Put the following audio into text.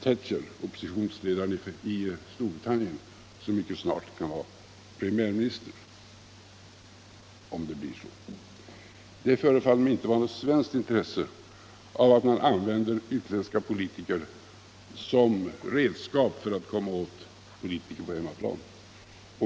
Thatcher, oppositionsledaren i Storbritannien som mycket snart kan vara premiärminister. Det förefaller mig inte vara något svenskt intresse att använda utländska politiker som redskap för att komma åt politiker på hemmaplan.